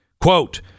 Quote